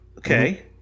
Okay